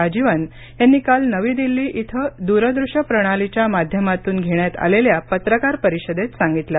राजीवन यांनी काल नवी दिल्ली इथं दूरदृश्य प्रणालीच्या माध्यमातून घेण्यात आलेल्या पत्रकार परिषदेत सांगितलं